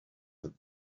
that